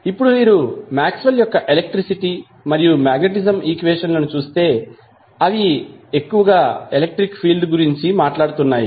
ఇప్పుడు మీరు మాక్స్వెల్ యొక్క ఎలక్ట్రిసిటీ మరియు మాగ్నెటిజం ఈక్వేషన్ లను చూస్తే అవి ఎక్కువగా ఎలక్ట్రిక్ ఫీల్డ్ గురించి మాట్లాడుతున్నాయి